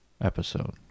episode